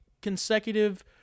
consecutive